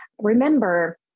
remember